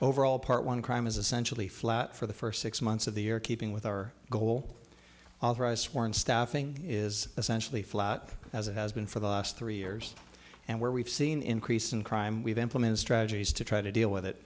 overall part one crime is essentially flat for the first six months of the year keeping with our goal authorized warrant staffing is essentially flat as it has been for the last three years and where we've seen increase in crime we've implemented strategies to try to deal with it